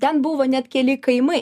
ten buvo net keli kaimai